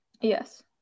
yes